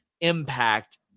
impact